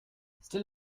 still